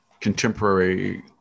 contemporary